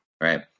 right